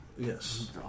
Yes